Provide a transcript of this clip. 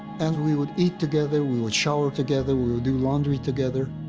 and we would eat together, we would shower together, we we would do laundry together.